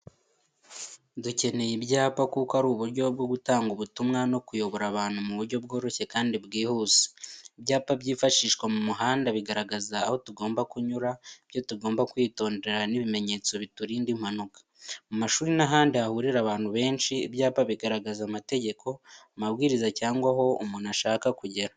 Dukenera ibyapa kuko ari uburyo bwo gutanga ubutumwa no kuyobora abantu mu buryo bworoshye kandi bwihuse. Ibyapa byifashishwa mu muhanda bigaragaza aho tugomba kunyura, ibyo tugomba kwitondera, n’ibimenyetso biturinda impanuka. Mu mashuri n’ahandi hahurira abantu benshi, ibyapa bigaragaza amategeko, amabwiriza cyangwa aho umuntu ashaka kugera.